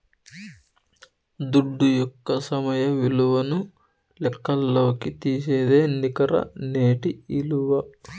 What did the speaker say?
దుడ్డు యొక్క సమయ విలువను లెక్కల్లోకి తీసేదే నికర నేటి ఇలువ